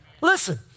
Listen